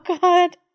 God